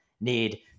need